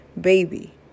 baby